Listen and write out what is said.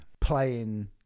playing